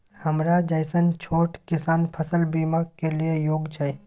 हमरा जैसन छोट किसान फसल बीमा के लिए योग्य छै?